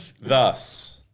Thus